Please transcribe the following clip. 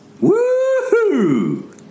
Woo-hoo